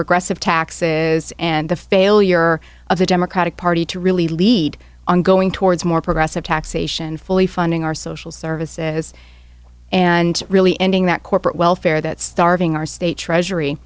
regressive taxes and the failure of the democratic party to really lead on going towards more progressive taxation fully funding our social services and really ending that corporate welfare that starving our state treasury